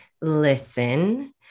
Listen